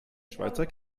schweizer